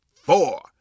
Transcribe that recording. four